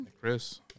Chris